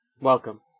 Welcome